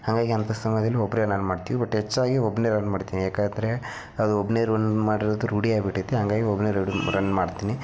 ಹಾಗಾಗಿ ಅಂಥ ಸಮಯ್ದಲ್ಲಿ ಒಬ್ಬರೇ ರನ್ ಮಾಡ್ತೀವಿ ಬಟ್ ಹೆಚ್ಚಾಗಿ ಒಬ್ಬನೇ ರನ್ ಮಾಡ್ತೀನಿ ಯಾಕಂದ್ರೆ ಅದು ಒಬ್ಬನೇ ರನ್ ಮಾಡಿರೋದು ರೂಢಿ ಆಗಿಬಿಟೈತಿ ಹಂಗಾಗಿ ಒಬ್ಬನೇ ರನ್ ಮಾಡ್ತೀನಿ